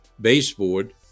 baseboard